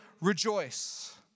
rejoice